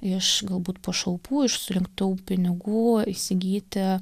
iš galbūt pašalpų iš surinktų pinigų įsigyti